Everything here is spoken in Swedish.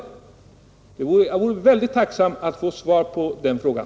Jag vore ytterst tacksam att få svar på den frågan.